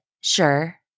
sure